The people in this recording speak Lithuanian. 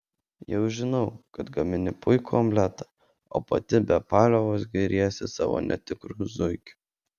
jau žinau kad gamini puikų omletą o pati be paliovos giriesi savo netikru zuikiu